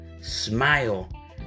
Smile